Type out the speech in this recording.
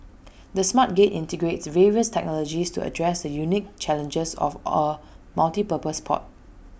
the smart gate integrates various technologies to address the unique challenges of A multipurpose port